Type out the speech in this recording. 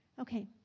Okay